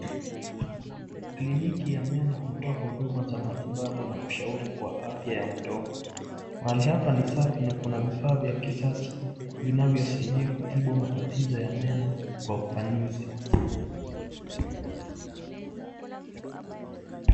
Kliniki ya meno hutoa huduma za matibabu na ushauri kwa afya ya mdomo. Pahali hapa ni safi na kuna vifaa vya kisasa vinavyosaidia kutibu matatizo ya meno kwa ufanisi.